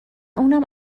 اونم